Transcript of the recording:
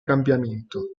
cambiamento